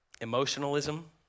Emotionalism